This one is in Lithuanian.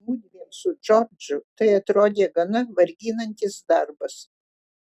mudviem su džordžu tai atrodė gana varginantis darbas